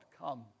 come